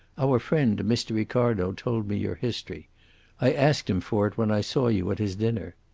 our friend, mr. ricardo, told me your history i asked him for it when i saw you at his dinner.